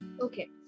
Okay